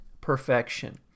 perfection